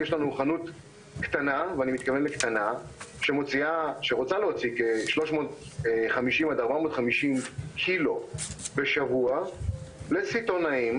יש לנו חנות קטנה שרוצה להוציא 350 450 קילו בשבוע לסיטונאים,